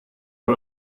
con